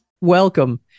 Welcome